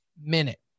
minute